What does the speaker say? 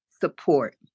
support